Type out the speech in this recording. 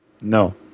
No